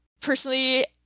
personally